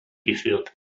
geführt